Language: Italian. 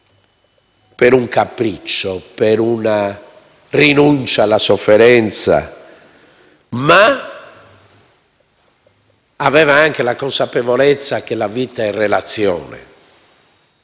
per un capriccio, per una rinuncia alla sofferenza; ma aveva anche la consapevolezza che la vita è relazione